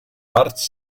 parts